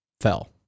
fell